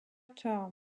term